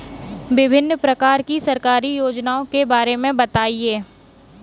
विभिन्न प्रकार की सरकारी योजनाओं के बारे में बताइए?